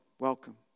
Welcome